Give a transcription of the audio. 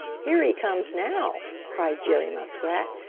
here he comes now, cried jerry muskrat.